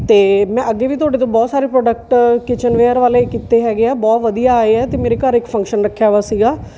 ਅਤੇ ਮੈਂ ਅੱਗੇ ਵੀ ਤੁਹਾਡੇ ਤੋਂ ਬਹੁਤ ਸਾਰੇ ਪ੍ਰੋਡਕਟ ਕਿਚਨ ਵੇਅਰ ਵਾਲੇ ਕੀਤੇ ਹੈਗੇ ਆ ਬਹੁਤ ਵਧੀਆ ਆਏ ਆ ਅਤੇ ਮੇਰੇ ਘਰ ਇੱਕ ਫੰਕਸ਼ਨ ਰੱਖਿਆ ਹੋਇਆ ਸੀਗਾ